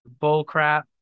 bullcrap